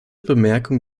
bemerkung